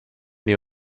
die